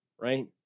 right